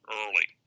early